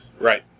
Right